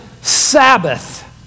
Sabbath